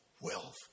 wealth